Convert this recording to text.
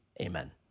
amen